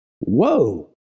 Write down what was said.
Whoa